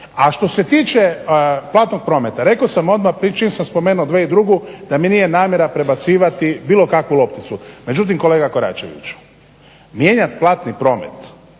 A što se tiče platnog prometa, rekao sam odmah čim sam spomenuo 2002. da mi nije namjera prebacivati bilo kakvu lopticu. Međutim kolega Koračević mijenjati platni promet